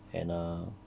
and err